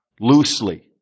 loosely